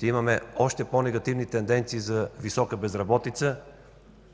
да имаме още по-негативни тенденции за висока безработица